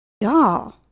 y'all